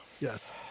Yes